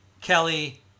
kelly